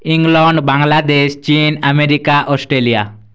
England Bangladesh China America Australia